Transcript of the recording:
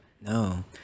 No